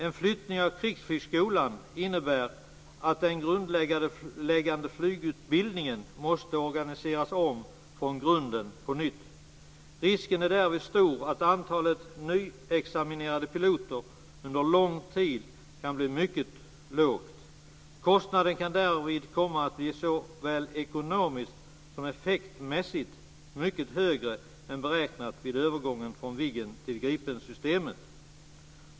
En flyttning av Krigsflygskolan innebär att den grundläggande flygutbildningen på nytt måste organiseras om från grunden. Risken är därvid stor att antalet nyexaminerade piloter under lång tid kan bli mycket litet. Kostnaden, såväl ekonomiskt som effektmässigt, kan därvid komma att bli mycket högre än beräknat vid övergången från Viggensystemet till Gripensystemet.